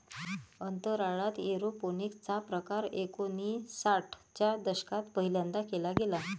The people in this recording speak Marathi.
अंतराळात एरोपोनिक्स चा प्रकार एकोणिसाठ च्या दशकात पहिल्यांदा केला गेला